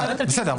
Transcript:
בסדר,